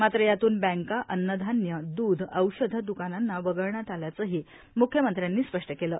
मात्र यातून बँका अन्न धान्य दुध औषधं द्कानांना वगळण्यात आल्याचंही मुख्यमंत्र्यांनी स्पष्ट केलं